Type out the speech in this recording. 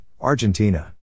Argentina